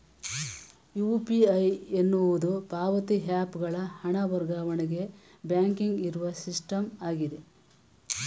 UPI ಎನ್ನುವುದು ಪಾವತಿ app ಗಳ ಹಣ ವರ್ಗಾವಣೆಗೆ ಬ್ಯಾಂಕಿಂಗ್ ಇರುವ ಸಿಸ್ಟಮ್ ಆಗಿದೆ